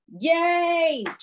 yay